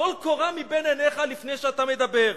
טול קורה מבין עיניך לפני שאתה מדבר.